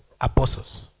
apostles